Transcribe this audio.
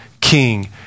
king